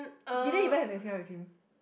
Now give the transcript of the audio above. didn't even have N_C_R with him